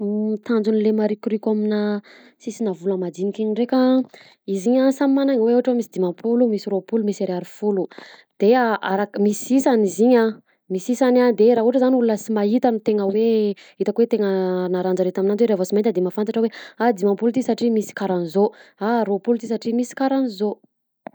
Tanjon'le marokoroko aminà sisina vola madiniky iny ndreka a izy iny a samy manana ny endriny ohatra misy dimampolo, misy roapolo, misy ariary folo, de arakany misy isany izy iny misy isany a de raha ohatra zany olona sy mahita no tena hoe itako hoe tenna na rahgn-jareo tamin'anjy revo sy mahita de mahafatatra hoe a dimapolo ty satry misy karaha anzao a roapolo ty satry misy karaha anzao.